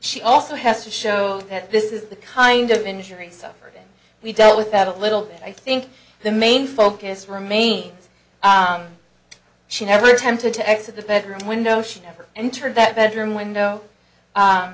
she also has to show that this is the kind of injuries suffered we dealt with that a little i think the main focus remains she never attempted to exit the bedroom window she never entered that bedroom window